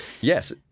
Yes